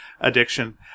addiction